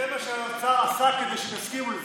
כי זה מה שהאוצר עשה כדי שתסכימו עם זה.